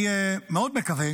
אני מאוד מקווה